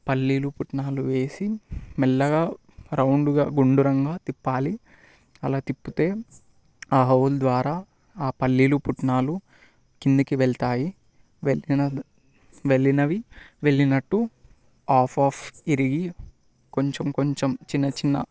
పల్లీలు పుట్నాలు వేసి మెల్లగా రౌండుగా గుండురంగా తిప్పాలి అలా తిప్పితే ఆ హౌల్ ద్వారా ఆ పల్లీలు పుట్నాలు కిందికి వెళ్తాయి వెళ్ళినవి వెళ్ళినట్టు ఆఫ్ ఆఫ్ విరిగి కొంచెం కొంచెం చిన్న చిన్న